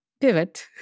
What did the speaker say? pivot